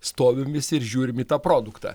stovim visi ir žiūrim į tą produktą